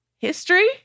history